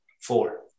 four